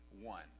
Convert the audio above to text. One